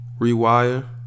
Rewire